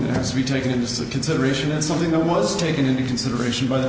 that has to be taken into consideration and something that was taken into consideration by the